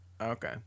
Okay